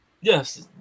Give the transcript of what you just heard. yes